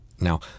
Now